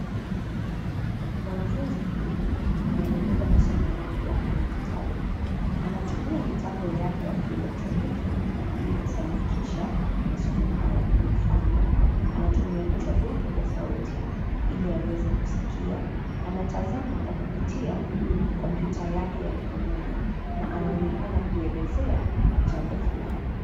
Mwanafunzi huyu anaendeleza masomo yake ya kidijitali. Anatumia mitambo yake ya ki-elektroniki ili kufanikisha masomo hayo. Mfano, anatumia vichwa vyake vya sauti ili aweze kusikia, anatazama kwa kupitia kompyuta yake ya mkononi na anaonekana kuelezea jambo fulani.